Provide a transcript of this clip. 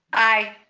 aye.